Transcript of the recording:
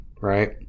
right